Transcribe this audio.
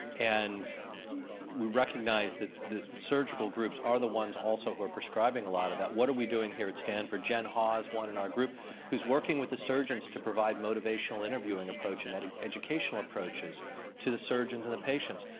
and we recognize that surgical groups are the ones also who are prescribing a lot of that. what are we doing here at stanford? jen hah is one in our group who's working with the surgeons to provide motivational interviewing approach and educational approaches to the surgeons and the patients.